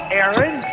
Aaron